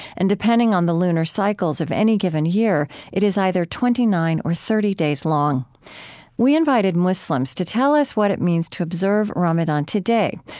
and depending on the lunar cycles of any given year, it is either twenty nine or thirty days long we invited muslims to tell us what it means to observe ramadan today,